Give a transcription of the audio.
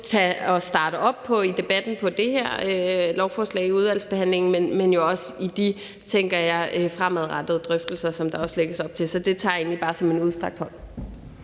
starte op på i debatten om det her lovforslag i udvalgsbehandlingen, men jeg tænker også i de jeg fremadrettede drøftelser, som der også lægges op til. Så det tager egentlig bare som en udstrakt hånd.